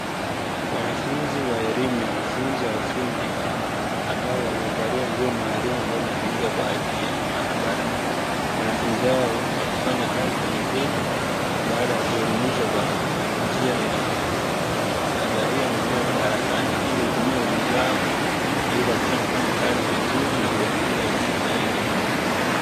Wanafunzi wa elimu ya mafunzo ya ufundi, ambao waliovalia nguo maalumu ambazo zinatumika kwa ajili ya maabara. Wanafunzi hao wakifanya kazi za vitendo baada ya kuelimishwa kwa njia ya nadharia maeneo ya madarasani, hivyo hutumia ujuzi wao ili kuhakikisha wanafanya kazi vizuri na kuongea ujuzi zaidi.